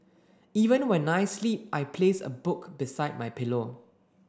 even when I sleep I place a book beside my pillow